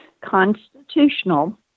constitutional